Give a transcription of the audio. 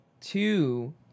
two